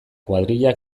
kuadrilla